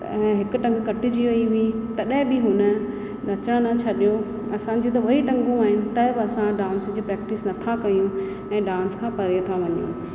ऐं हिकु टंग कटिजी वई हुई तॾहिं बि हुन नचणु न छॾियो असां जूं त ॿई टंगूं आहिनि त बि असां डांस जी प्रेक्टिस नथा कयूं ऐं डांस खां परे था वञूं